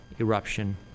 eruption